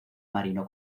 marino